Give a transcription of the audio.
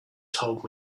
told